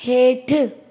हेठि